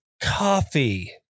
coffee